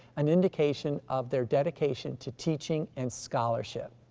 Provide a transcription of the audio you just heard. an indication of their dedication to teaching and scholarship.